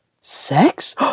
Sex